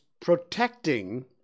protecting